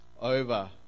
over